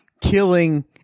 killing